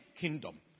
kingdom